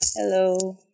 Hello